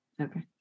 okay